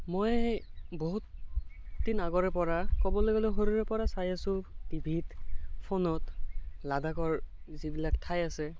মই বহুতদিন আগৰেপৰা ক'বলৈ গ'লে সৰুৰেপৰা চাই আছোঁ টিভিত ফোনত লাডাখৰ যিবিলাক ঠাই আছে